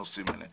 הנושאים האלה.